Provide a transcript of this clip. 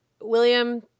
William